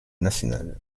national